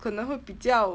可能会比较